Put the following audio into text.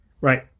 Right